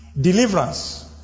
Deliverance